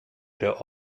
der